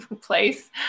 place